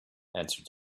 answered